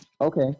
Okay